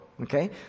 Okay